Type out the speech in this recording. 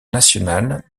nationales